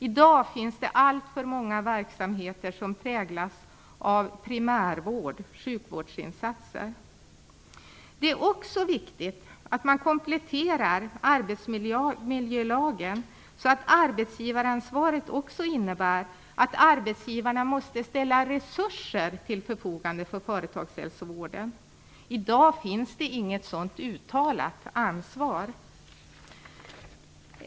I dag finns det alltför många verksamheter som präglas av primärvård och sjukvårdsinsatser. Det är också viktigt att man kompletterar arbetsmiljölagen så att arbetsgivaransvaret också innebär att arbetsgivarna måste ställa resurser till förfogande för företagshälsovården. I dag finns det inget sådant uttalat ansvar.